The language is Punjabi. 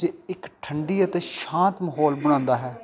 ਜੇ ਇੱਕ ਠੰਡੀ ਅਤੇ ਸ਼ਾਂਤ ਮਾਹੌਲ ਬਣਾਉਂਦਾ ਹੈ